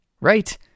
Right